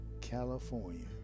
California